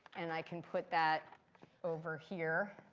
and i can put that over here.